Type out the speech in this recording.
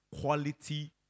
quality